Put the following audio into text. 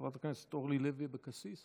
חברת הכנסת אורלי לוי אבקסיס,